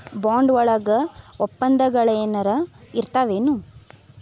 Bond ವಳಗ ವಪ್ಪಂದಗಳೆನರ ಇರ್ತಾವೆನು?